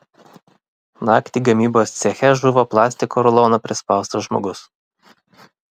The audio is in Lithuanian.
naktį gamybos ceche žuvo plastiko rulono prispaustas žmogus